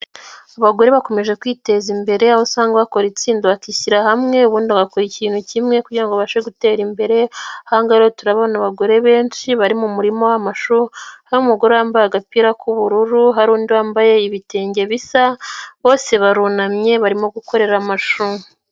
Abagore bakomeje kwiteza imbere, aho usanga bakora itsinda bakishyira hamwe, ubundi bagakora ikintu kimwe kugira ngo abashe gutera imbere, aha ngaha turabona abagore benshi, bari mu murima w'amashu, hari umugore yambaye agapira k'ubururu, hari undi wambaye ibitenge bisa, bose barunamye barimo gukorera amashu.